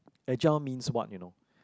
a gel means what you know